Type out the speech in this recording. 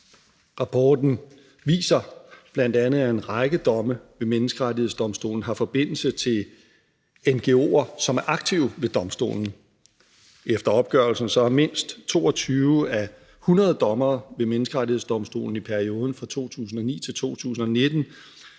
Rapporten viser bl.a., at en række domme ved Menneskerettighedsdomstolen har forbindelse til ngo'er, som er aktive ved domstolen. Efter opgørelsen har mindst 22 af 100 dommere ved Menneskerettighedsdomstolen i perioden 2009-2019